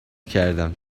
کردم